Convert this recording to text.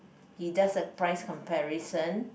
he does a price comparison